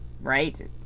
right